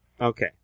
Okay